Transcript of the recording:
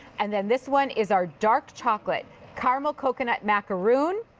and and this one is our dark chocolate caramel coconut macaroon.